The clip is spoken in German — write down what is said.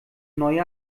neue